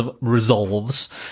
resolves